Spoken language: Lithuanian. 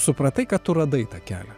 supratai kad tu radai tą kelią